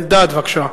חבר הכנסת אלדד, בבקשה.